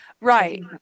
Right